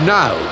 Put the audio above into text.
now